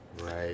Right